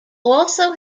also